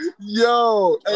yo